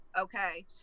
Okay